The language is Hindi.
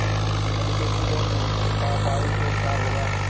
एजुकेशन लोंन नहीं चुका पाए तो क्या होगा?